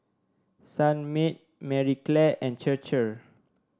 Sunmaid Marie Claire and Chir Chir